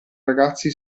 ragazzi